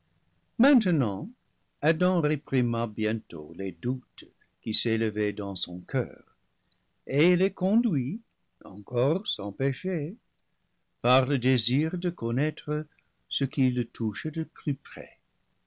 maintenant adam réprima bientôt les doutes qui s'élevaient dans son coeur et il est conduit encore sans péché par le désir de connaître ce qui le touche de plus près